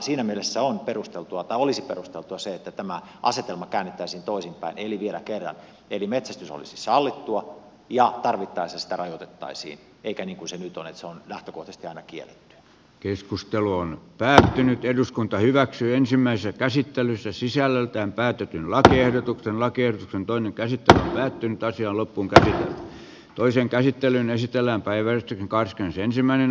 siinä mielessä olisi perusteltua se että tämä asetelma käännettäisiin toisinpäin eli vielä kerran metsästys olisi sallittua ja tarvittaessa sitä rajoitettaisiin eikä niin kuin se nyt on päättynyt eduskunta hyväksyi ensimmäisen käsittelyssä sisällöltään pääty laatii ehdotuksen lagerstam toimi käsittää pintaisia album toisen käsittelyn esitellään päiväkin että se on lähtökohtaisesti aina kiellettyä